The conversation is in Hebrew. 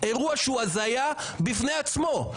אירוע שהוא הזיה בפני עצמו,